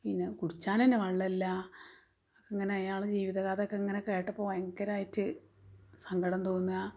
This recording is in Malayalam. പിന്നെ കുടിച്ചാന്തന്നെ വെള്ളമില്ല അങ്ങനെ അയാളെ ജീവിതകഥ ഒക്കെ ഇങ്ങനെ കേട്ടപ്പോള് ഭയങ്കരമായിട്ട് സങ്കടം തോന്നുക